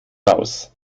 raus